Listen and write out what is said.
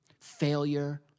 Failure